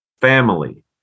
FAMILY